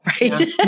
right